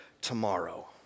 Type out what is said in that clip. tomorrow